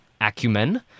acumen